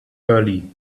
early